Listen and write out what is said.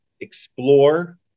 explore